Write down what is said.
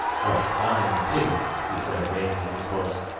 what fine pigs he said, reining in his horse.